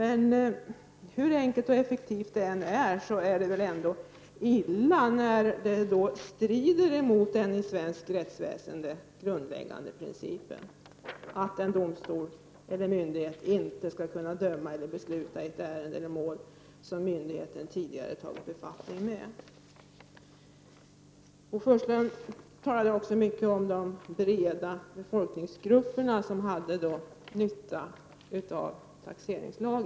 Men hur enkelt och effektivt systemet än är är det illa när det strider mot den i svensk rättsväsende grundläggande principen att en domstol eller myndighet inte skall kunna döma eller besluta i ett ärende eller mål som en myndighet tidigare har tagit befattning med. Bo Forslund talade mycket om de breda befolkningsgrupperna som har nytta av en ny taxeringslag.